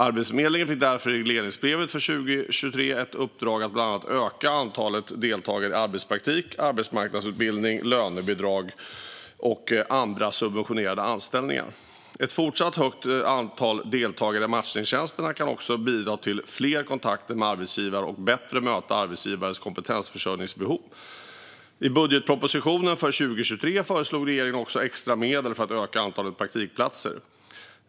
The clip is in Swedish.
Arbetsförmedlingen fick därför i regleringsbrevet för 2023 ett uppdrag att bland annat öka antalet deltagare i arbetspraktik, arbetsmarknadsutbildning, lönebidrag och andra subventionerade anställningar. Ett fortsatt högt antal deltagare i matchningstjänster kan också bidra till fler kontakter med arbetsgivare och bättre möta arbetsgivares kompetensförsörjningsbehov. I budgetpropositionen för 2023 föreslog regeringen också extra medel för att öka antalet praktikplatser.